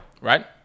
Right